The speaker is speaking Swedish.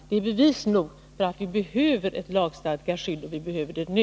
Det är bevis nog för att vi behöver ett lagstadgat skydd och behöver det nu.